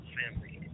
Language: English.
family